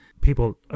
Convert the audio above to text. people